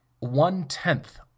One-tenth